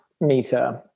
meter